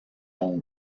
own